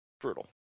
Brutal